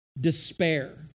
despair